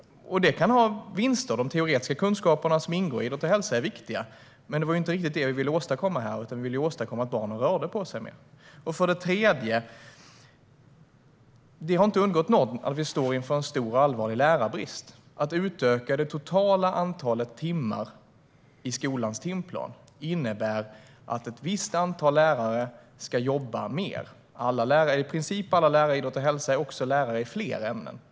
Det kan ha vinster, för de teoretiska kunskaper som ingår i idrott och hälsa är viktiga. Men det var ju inte det vi ville åstadkomma, utan vi ville åstadkomma att barn rör på sig mer. För det tredje har det inte undgått någon att vi står inför en stor och allvarlig lärarbrist. Att utöka det totala antalet timmar i skolans timplan innebär att ett visst antal lärare ska jobba mer. I princip alla lärare i idrott och hälsa är också lärare i fler ämnen.